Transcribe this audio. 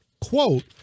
quote